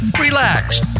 relax